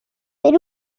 per